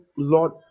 Lord